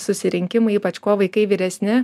susirinkimai ypač kuo vaikai vyresni